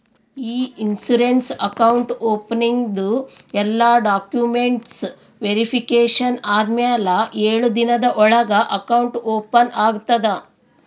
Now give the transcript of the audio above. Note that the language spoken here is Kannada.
ಇ ಇನ್ಸೂರೆನ್ಸ್ ಅಕೌಂಟ್ ಓಪನಿಂಗ್ದು ಎಲ್ಲಾ ಡಾಕ್ಯುಮೆಂಟ್ಸ್ ವೇರಿಫಿಕೇಷನ್ ಆದಮ್ಯಾಲ ಎಳು ದಿನದ ಒಳಗ ಅಕೌಂಟ್ ಓಪನ್ ಆಗ್ತದ